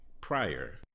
prior